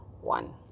one